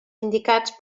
indicats